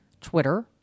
Twitter